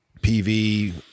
PV